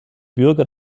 bürger